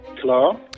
Hello